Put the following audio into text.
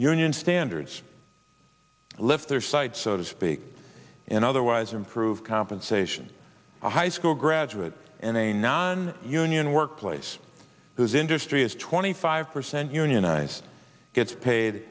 union standards lift their sights so to speak in otherwise and of compensation a high school graduate in a non union workplace whose industry is twenty five percent unionized gets paid